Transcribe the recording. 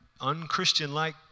unchristian-like